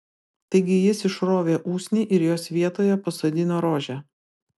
taigi jis išrovė usnį ir jos vietoje pasodino rožę